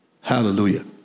Hallelujah